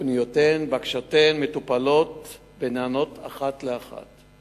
ופניותיהן ובקשותיהן מטופלות ונענות אחת לאחת.